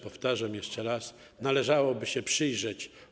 Powtarzam jeszcze raz, że należałoby się przyjrzeć